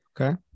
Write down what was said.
okay